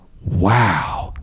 wow